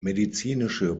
medizinische